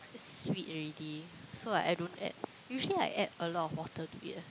is sweet already so I I don't add usually I add a lot of water to it eh